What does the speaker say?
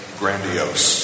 grandiose